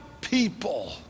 people